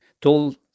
told